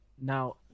Now